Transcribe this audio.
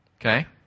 Okay